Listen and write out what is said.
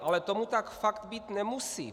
Ale tomu tak fakt být nemusí.